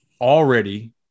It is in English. already